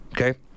Okay